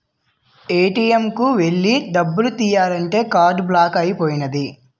ATM కు ఎల్లి డబ్బు తియ్యాలంతే కార్డు బ్లాక్ అయిపోనాది